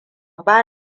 ba